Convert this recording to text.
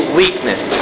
weakness